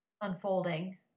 unfolding